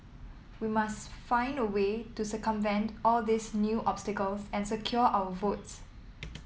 we must find a way to circumvent all these new obstacles and secure our votes